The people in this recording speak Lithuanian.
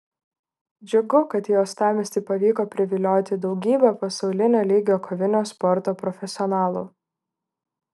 džiugu kad į uostamiestį pavyko privilioti daugybę pasaulinio lygio kovinio sporto profesionalų